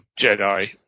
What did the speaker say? Jedi